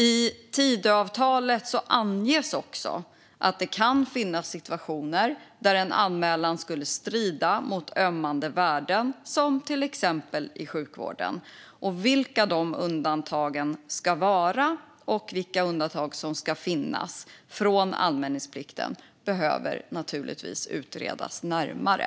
I Tidöavtalet anges att det kan finnas situationer där en anmälan skulle strida mot ömmande värden, till exempel i sjukvården. Vilka undantag som ska finnas från anmälningsplikten behöver naturligtvis utredas närmare.